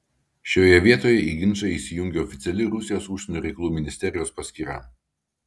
šioje vietoje į ginčą įsijungė oficiali rusijos užsienio reikalų ministerijos paskyra